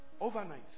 Overnight